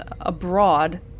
abroad